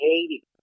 Haiti